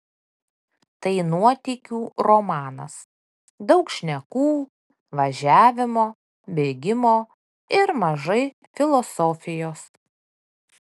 tai nuotykių romanas daug šnekų važiavimo bėgimo ir mažai filosofijos